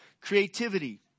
Creativity